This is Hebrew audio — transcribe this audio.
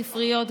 ספריות,